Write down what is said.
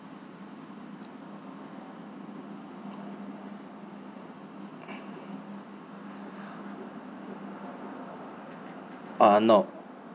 uh no